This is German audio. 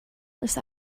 ist